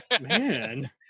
man